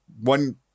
one